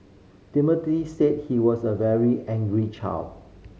Timothy said he was a very angry child